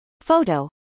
photo